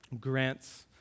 grants